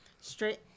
Straight